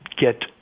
get